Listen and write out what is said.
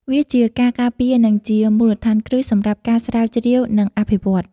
វាជាការការពារនិងជាមូលដ្ឋានគ្រឹះសម្រាប់ការស្រាវជ្រាវ និងអភិវឌ្ឍន៍។